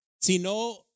sino